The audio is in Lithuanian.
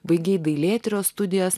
baigei dailėtyros studijas